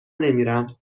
نمیرم